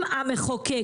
אם המחוקק,